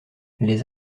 les